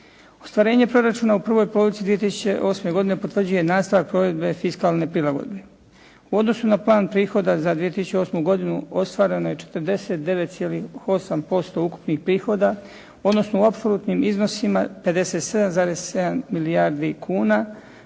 Ostvarenje proračuna u prvoj polovici 2008. godine potvrđuje nastavak provedbe fiskalne prilagodbe. U odnosu na plan prihoda za 2008. godinu ostvareno je 49,8% ukupnih prihoda, odnosno u apsolutnim iznosima 57,7 milijardi kuna